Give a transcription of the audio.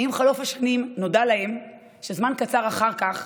עם חלוף השנים נודע להם שזמן קצר אחר כך